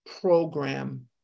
program